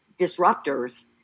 disruptors